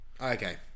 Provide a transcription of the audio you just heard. Okay